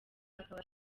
akaba